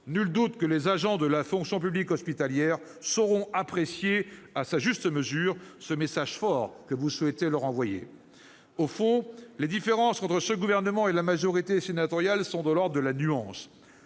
Nul doute que les agents de la fonction publique hospitalière sauront apprécier à sa juste mesure le message fort que cette majorité souhaite leur envoyer ... Au fond, les différences entre le Gouvernement et la majorité sénatoriale sont de l'ordre de la nuance.